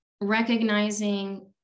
recognizing